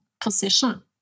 position